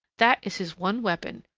that is his one weapon.